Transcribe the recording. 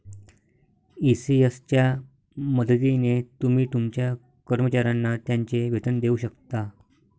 ECS च्या मदतीने तुम्ही तुमच्या कर्मचाऱ्यांना त्यांचे वेतन देऊ शकता